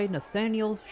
Nathaniel